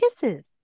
kisses